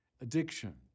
addiction